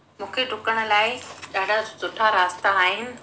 मूंखे ॾुकण लाइ ॾाढा सुठा रास्ता आहिनि